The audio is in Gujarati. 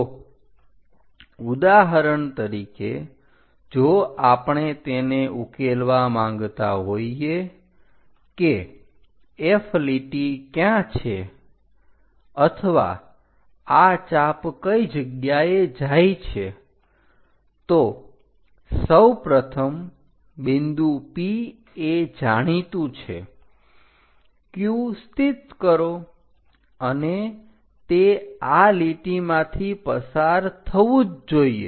તો ઉદાહરણ તરીકે જો આપણે તેને ઉકેલવા માગતા હોઈએ કે F લીટી ક્યાં છે અથવા આ ચાપ કઈ જગ્યાએ જાય છે તો સૌપ્રથમ બિંદુ P એ જાણીતું છે Q સ્થિત કરો અને તે આ લીટીમાંથી પસાર થવું જ જોઈએ